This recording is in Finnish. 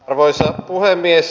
arvoisa puhemies